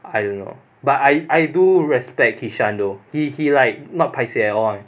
I don't know but I I do respect kishan though he he like not paiseh at all [one]